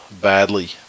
badly